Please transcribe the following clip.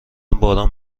باران